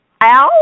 Al